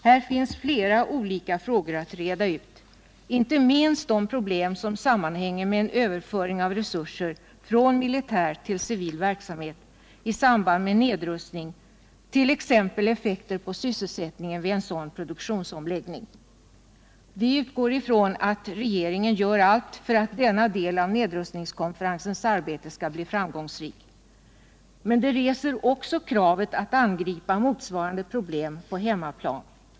Här finns flera olika frågor att reda ut — inte minst de problem, som sammanhänger med en överföring av resurser från militär till civil verksamhet i samband med en nedrustning, t.ex. effekter på sysselsättningen vid en sådan produktionsomläggning. Vi utgår ifrån att regeringen gör allt för att denna del av nedrustningskonferensens arbete skall bli framgångsrik. Men det reser också kravet att angripa motsvarande problem på hemmaplan.